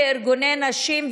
כארגוני נשים,